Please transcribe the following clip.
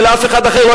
ולאף אחד אחר לא.